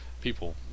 People